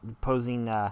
posing –